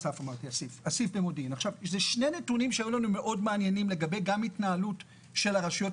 אלה שני נתונים מאוד מעניינים גם לגבי ההתנהלות של הרשויות